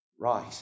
right